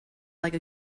like